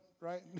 Right